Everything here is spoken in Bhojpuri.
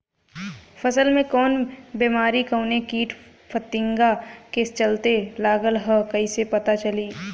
फसल में कवन बेमारी कवने कीट फतिंगा के चलते लगल ह कइसे पता चली?